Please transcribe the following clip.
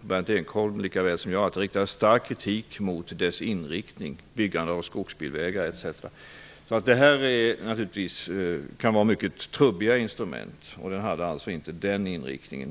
Berndt Ekholm lika väl som jag att det riktats stark kritik mot dess inriktning på byggande av skogsbilvägar etc. Avgifter kan vara mycket trubbiga instrument, och de här hade inte den rätta inriktningen.